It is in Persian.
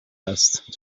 است